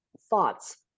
thoughts